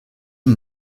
und